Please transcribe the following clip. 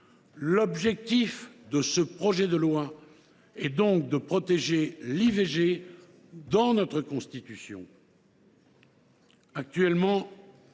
L’objectif de ce projet de loi est donc de protéger l’IVG dans notre Constitution.